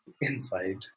inside